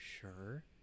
sure